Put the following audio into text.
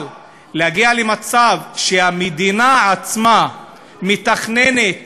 אבל להגיע למצב שהמדינה עצמה מתכננת